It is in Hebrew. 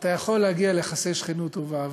אתה יכול להגיע ליחסי שכנות טובה.